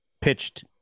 pitched